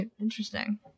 Interesting